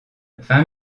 vingt